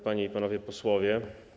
Panie i Panowie Posłowie!